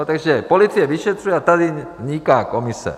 Takže policie vyšetřuje a tady vzniká komise.